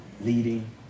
leading